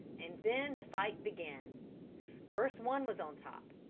and then the fight began first one was on top,